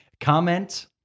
Comment